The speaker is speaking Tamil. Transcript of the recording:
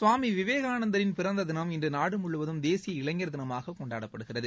சுவாமி விவேகானந்தரின் பிறந்த தினம் இன்று நாடு முழுவதும் தேசிய இளைஞர் தினமாக கொண்டாடப்படுகிறது